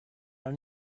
are